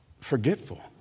forgetful